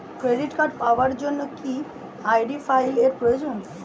Credit card পাওয়ার জন্য কি আই.ডি ফাইল এর প্রয়োজন?